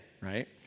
right